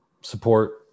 support